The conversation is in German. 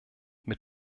mit